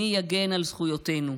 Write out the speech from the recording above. מי יגן על זכויותינו?